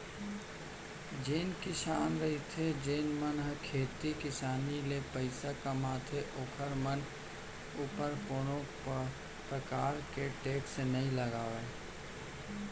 जेन किसान रहिथे जेन मन ह खेती किसानी ले पइसा कमाथे ओखर मन ऊपर कोनो परकार के टेक्स नई लगय